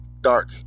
Dark